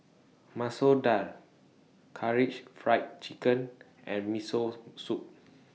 Masoor Dal Karaage Fried Chicken and Miso Soup